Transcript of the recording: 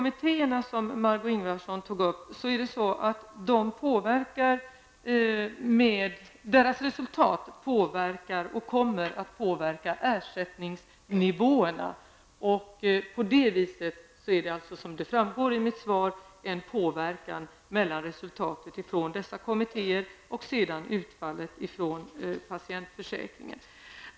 Ingvardsson tog upp kommer att påverka ersättningsnivåerna. Det är som de framgår av mitt svar: Kommittérnas resultat påverkar utfallet från patientförsäkringen.